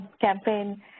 campaign